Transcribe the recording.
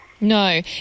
No